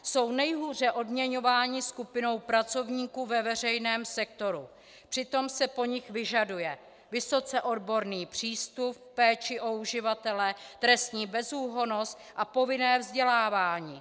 Jsou nejhůře odměňovanou skupinou pracovníků ve veřejném sektoru, přitom se po nich vyžaduje vysoce odborný přístup, péče o uživatele, trestní bezúhonnost a povinné vzdělávání.